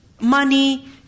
money